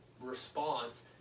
response